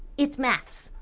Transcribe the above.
it's maths.